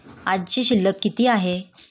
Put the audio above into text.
आजची शिल्लक किती आहे?